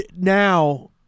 now